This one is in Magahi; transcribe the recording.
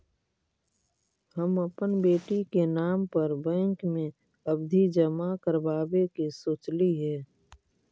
हम अपन बेटी के नाम पर बैंक में आवधि जमा करावावे के सोचली हे